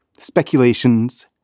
speculations